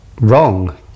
Wrong